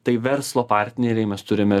tai verslo partneriai mes turime